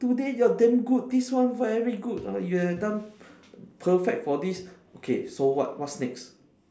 today you're damn good this one very good ah you have done perfect for this okay so what what's next